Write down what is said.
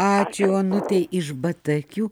ačiū onutei iš batakių